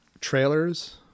trailers